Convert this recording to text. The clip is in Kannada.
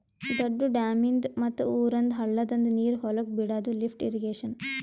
ದೊಡ್ದು ಡ್ಯಾಮಿಂದ್ ಮತ್ತ್ ಊರಂದ್ ಹಳ್ಳದಂದು ನೀರ್ ಹೊಲಕ್ ಬಿಡಾದು ಲಿಫ್ಟ್ ಇರ್ರೀಗೇಷನ್